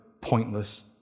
pointless